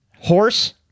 Horse